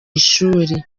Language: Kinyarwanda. ishuri